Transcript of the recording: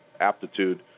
aptitude